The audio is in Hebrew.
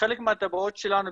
וחלק מהתב"עות שלנו,